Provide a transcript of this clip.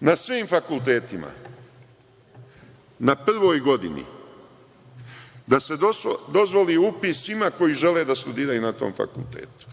Na svim fakultetima, na prvoj godini, da se dozvoli upis svima koji žele da studiraju na tom fakultetu,